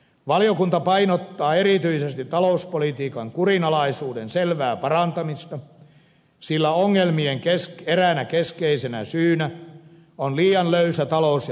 valiokunta painottaa erityisesti talouspolitiikan kurinalaisuuden selvää parantamista sillä ongelmien eräänä keskeisenä syynä on liian löysä talous ja finanssipolitiikka